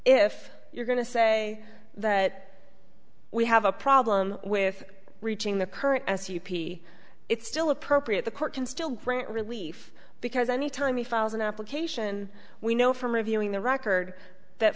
if you're going to say that we have a problem with reaching the current s u p t it's still appropriate the court can still grant relief because any time he files an application we know from reviewing the record that